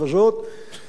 זה חתיכת סיפור.